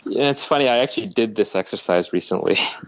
it's funny. i actually did this exercise recently.